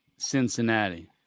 Cincinnati